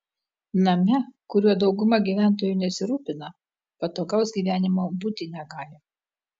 name kuriuo dauguma gyventojų nesirūpina patogaus gyvenimo būti negali